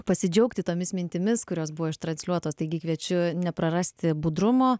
pasidžiaugti tomis mintimis kurios buvo transliuotos taigi kviečiu neprarasti budrumo